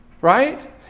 right